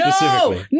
no